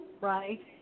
Right